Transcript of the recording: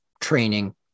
training